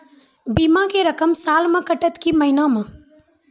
बीमा के रकम साल मे कटत कि महीना मे?